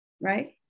right